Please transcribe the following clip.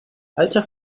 alter